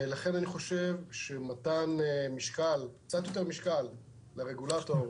ולכן אני חושב שמתן קצת יותר משקל לרגולטור,